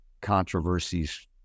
controversies